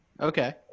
Okay